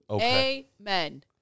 Amen